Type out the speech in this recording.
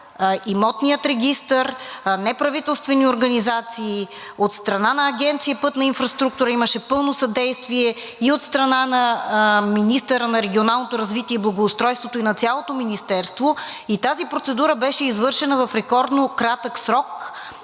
Имотният регистър, неправителствени организации. От страна на Агенция „Пътна инфраструктура“ имаше пълно съдействие, и от страна на министъра на регионалното развитие и благоустройството, и на цялото Министерство, и тази процедура беше извършена в рекордно кратък срок,